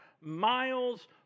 miles